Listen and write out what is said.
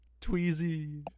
Tweezy